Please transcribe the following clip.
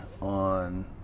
on